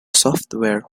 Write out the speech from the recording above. software